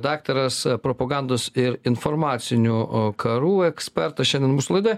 daktaras propagandos ir informacinių karų ekspertas šiandien mūsų laidoje